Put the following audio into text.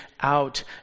out